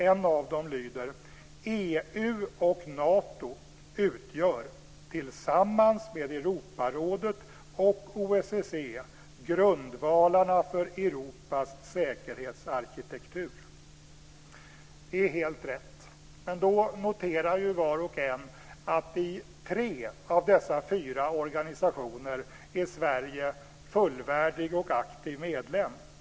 En av dem lyder enligt följande: EU och Nato utgör, tillsammans med Europarådet och OSSE, grundvalarna för Europas säkerhetsarkitektur. Det är helt rätt. Då noterar var och en att i tre av dessa fyra organisationer är Sverige fullvärdig och aktiv medlem.